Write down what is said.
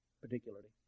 particularly